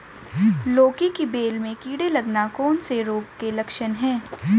लौकी की बेल में कीड़े लगना कौन से रोग के लक्षण हैं?